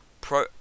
Pro